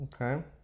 Okay